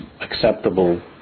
acceptable